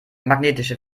magnetische